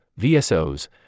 VSOs